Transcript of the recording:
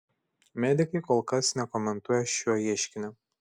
medikai kol kas nekomentuoja šio ieškinio